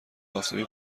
آفتابی